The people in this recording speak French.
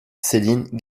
céline